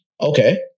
Okay